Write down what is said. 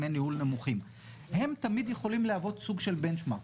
ובעלי הכנסות נמוכות שאין להם הרבה מאוד צבירה